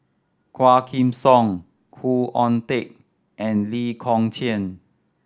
Quah Kim Song Khoo Oon Teik and Lee Kong Chian